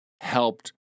helped